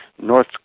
North